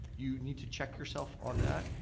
you need to check yourself on that.